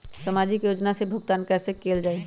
सामाजिक योजना से भुगतान कैसे कयल जाई?